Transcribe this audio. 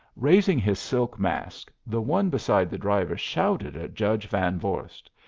raising his silk mask the one beside the driver shouted at judge van vorst.